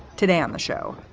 today on the show,